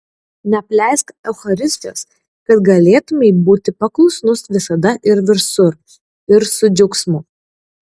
neapleisk eucharistijos kad galėtumei būti paklusnus visada ir visur ir su džiaugsmu